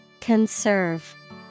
Conserve